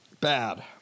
Bad